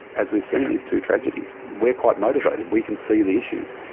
as we've seen, these two tragedies we're quite motivated, we can see the issues.